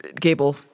Gable